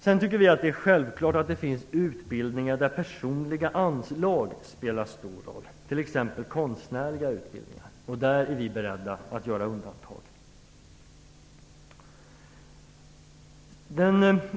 Vidare tycker vi att det är självklart att det finns utbildningar där personliga anlag spelar en stor roll, t.ex. konstnärliga utbildningar. Där är vi beredda att göra undantag.